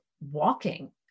walking